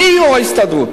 אני או ההסתדרות?